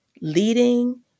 leading